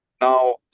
now